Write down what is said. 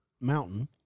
mountain